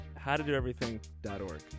howtodoeverything.org